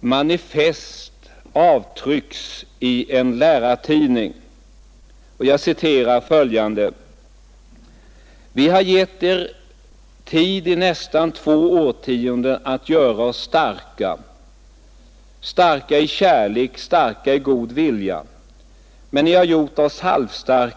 ”manifestet” avtryckts i en lärartidning. Jag citerar följande meningar: ”Vi har gett er tid i nästan två årtionden att göra oss starka, starka i kärlek, starka i god vilja — men ni har gjort oss halvstarka .